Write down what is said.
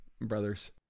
Brothers